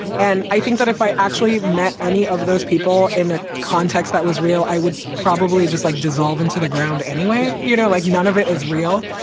and i think that if i actually met any of those people in a context that was real, i would probably just like dissolve into the ground anyway. you know, like, none of it is real.